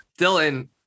Dylan